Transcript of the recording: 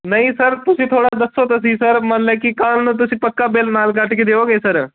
ਨਹੀਂ ਸਰ ਤੁਸੀਂ ਥੋੜ੍ਹਾ ਦੱਸੋ ਤਾਂ ਸਹੀ ਸਰ ਮੰਨ ਲਓ ਕੀ ਕੱਲ੍ਹ ਨੂੰ ਤੁਸੀਂ ਪੱਕਾ ਬਿੱਲ ਨਾਲ ਕੱਟ ਕੇ ਦੇਵੋਗੇ ਸਰ